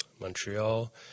Montreal